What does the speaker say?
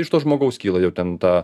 iš to žmogaus kyla jau ten ta